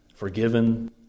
Forgiven